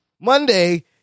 Monday